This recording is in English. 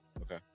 Okay